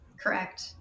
Correct